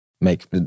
make